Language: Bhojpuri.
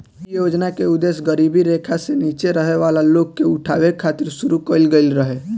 इ योजना के उद्देश गरीबी रेखा से नीचे रहे वाला लोग के उठावे खातिर शुरू कईल गईल रहे